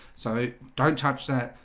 so don't touch that.